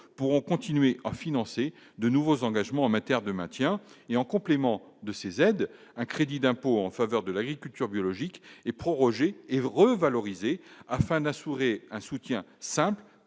pourront continuer à financer de nouveaux engagements en matière de maintien et en complément de ces aides, un crédit d'impôt en faveur de l'agriculture biologique et prorogé et revalorisée afin d'assurer un soutien Simple